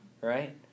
right